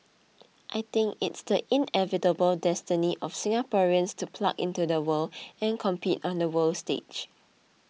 I think it's the inevitable destiny of Singaporeans to plug into the world and compete on the world stage